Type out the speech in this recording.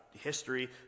history